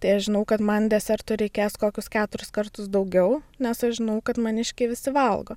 tai aš žinau kad man desertų reikės kokius keturis kartus daugiau nes aš žinau kad maniškiai visi valgo